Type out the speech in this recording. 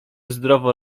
zdrowo